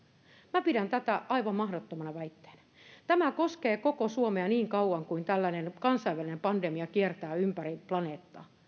minä pidän tätä aivan mahdottomana väitteenä tämä koskee koko suomea niin kauan kuin tällainen kansainvälinen pandemia kiertää ympäri planeettaa